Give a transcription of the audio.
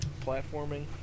platforming